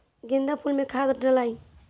गेंदा फुल मे खाद डालाई?